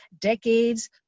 decades